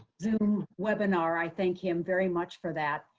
zoom webinar, i thank him very much for that.